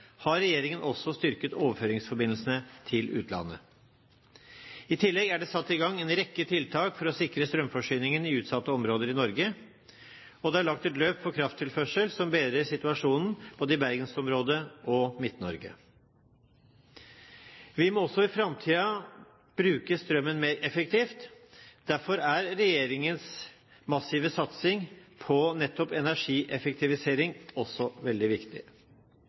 har regjeringen også styrket overføringsforbindelsene til utlandet. I tillegg er det satt i gang en rekke tiltak for å sikre strømforsyningen i utsatte områder i Norge, og det er lagt et løp for krafttilførsel som bedrer situasjonen både i bergensområdet og i Midt-Norge. Vi må også i framtiden bruke strømmen mer effektivt. Derfor er regjeringens massive satsing på energieffektivisering veldig viktig.